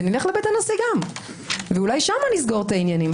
ונלך לבית הנשיא ואולי שם נסגור את העניינים,